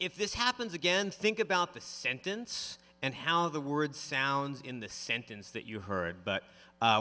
if this happens again think about the sentence and how the word sounds in the sentence that you heard but